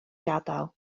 gadael